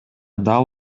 дал